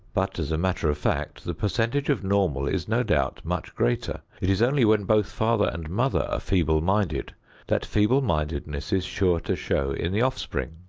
but as a matter of fact, the percentage of normal is no doubt much greater. it is only when both father and mother are feeble-minded that feeble-mindedness is sure to show in the offspring.